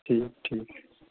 ٹھیٖک ٹھیٖک